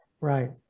right